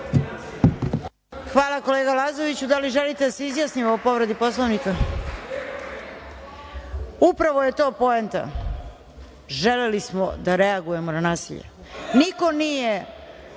Hvala kolega Lazoviću. Da li želite da se izjasnimo o povredi Poslovnika? (Ne.)Upravo je to poenta. Želeli smo da reagujemo na nasilje. Kolega